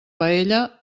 paella